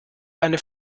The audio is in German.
eine